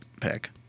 pick